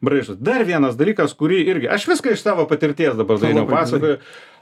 braižos dar vienas dalykas kurį irgi aš viską iš savo patirties dabar dainiau pasakoju